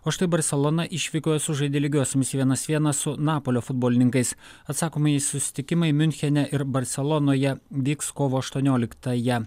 o štai barselona išvykoje sužaidė lygiosiomis vienas vienas su napolio futbolininkais atsakomieji susitikimai miunchene ir barselonoje vyks kovo aštuonioliktąją